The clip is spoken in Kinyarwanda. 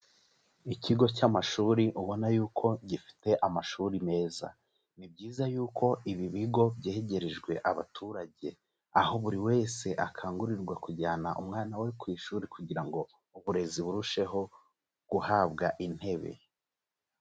Ikigo cy'amashuri ubona yuko gifite amashuri meza. Ni byiza yuko ibi bigo byegerejwe abaturage, aho buri wese akangurirwa kujyana umwana we ku ishuri kugira ngo uburezi burusheho guhabwa intebe.